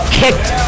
kicked